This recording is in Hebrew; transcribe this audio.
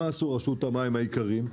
רשות המים היקרים?